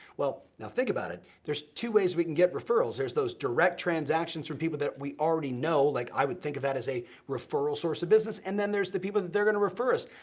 well, now, think about it. there's two ways we can get referrals, there's those direct transactions from people that we already know, like i would think of that as a referral source of business, and then there's the people that they're gonna refer us,